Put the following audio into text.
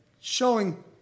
showing